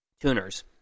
Tuners